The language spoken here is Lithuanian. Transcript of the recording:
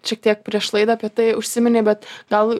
šiek tiek prieš laidą apie tai užsiminei bet gal